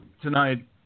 tonight